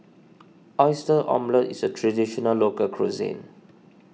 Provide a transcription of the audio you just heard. Oyster Omelette is a Traditional Local Cuisine